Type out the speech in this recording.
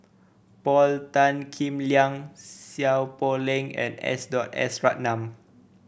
Paul Tan Kim Liang Seow Poh Leng and S S Ratnam